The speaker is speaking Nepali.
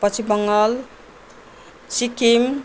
पश्चिम बङ्गाल सिक्किम